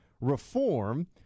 reform